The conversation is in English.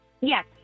Yes